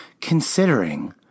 considering